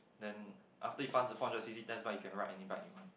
then after he pass the four hundred C_C test bike you can ride any bike you want